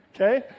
okay